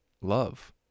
love